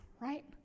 Right